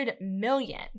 million